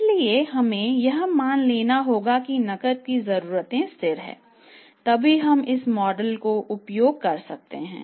इसलिए हमें यह मान लेना होगा कि नकद की जरूरतें स्थिर हैं तभी हम इस मॉडल का उपयोग कर सकते हैं